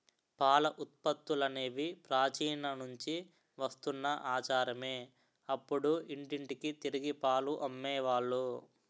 పాల ఉత్పత్తులనేవి ప్రాచీన నుంచి వస్తున్న ఆచారమే అప్పుడు ఇంటింటికి తిరిగి పాలు అమ్మే వాళ్ళు